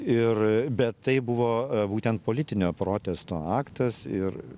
ir bet tai buvo būtent politinio protesto aktas ir